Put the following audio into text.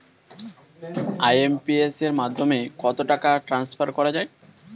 IMPS এর মাধ্যমে কত টাকা ট্রান্সফার করা যায়?